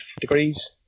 degrees